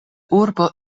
urbo